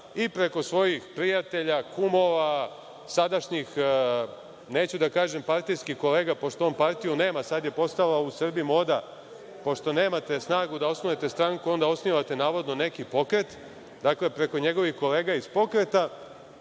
i preko svoji prijatelja, kumova, sadašnjih, neću da kažem partijskih kolega, pošto on partiju nema, sada je postala u Srbiji moda, pošto nemate snagu da osnujete stranku, onda osnivate navodno neki pokret, preko njegovih kolega iz pokreta